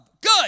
Good